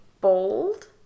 bold